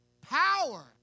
Power